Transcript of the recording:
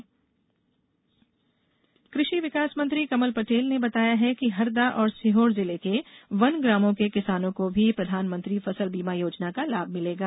फसल बीमा कृषि विकास मंत्री कमल पटेल ने बताया है कि हरदा और सीहोर जिले के वन ग्रामों के किसानों को भी प्रधानमंत्री फसल बीमा योजना का लाभ मिलेगा